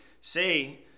say